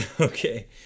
Okay